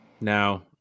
Now